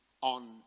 on